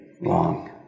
long